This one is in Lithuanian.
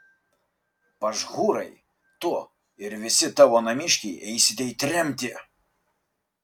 pašhūrai tu ir visi tavo namiškiai eisite į tremtį